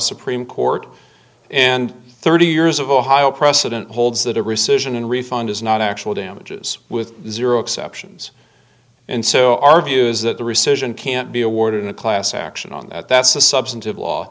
supreme court and thirty years of ohio precedent hold that a rescission and refund is not actual damages with zero exceptions and so our view is that the rescission can't be awarded a class action on that that's a substantive law